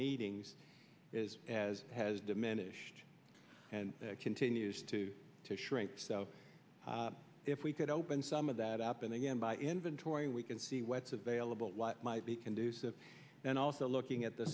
meetings is as has diminished and continues to shrink so if we could open some of that up and again by inventory we can see what's available what might be conducive and also looking at the